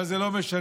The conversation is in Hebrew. אבל זה לא משנה,